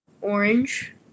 Orange